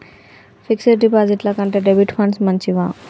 Fix డ్ డిపాజిట్ల కంటే డెబిట్ ఫండ్స్ మంచివా?